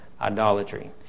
idolatry